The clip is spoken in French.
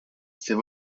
c’est